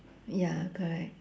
ya correct